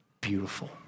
beautiful